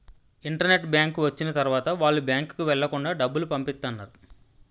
internet bank వచ్చిన తర్వాత వాళ్ళు బ్యాంకుకు వెళ్లకుండా డబ్బులు పంపిత్తన్నారు